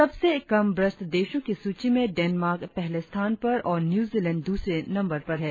सबसे कम भ्रष्ट देशों की सूची में डेनमार्क पहले स्थान पर और न्यूजीलैंड दूसरे नंबर पर है